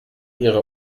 ihre